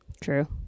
True